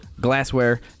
glassware